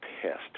pissed